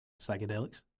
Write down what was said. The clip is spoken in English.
Psychedelics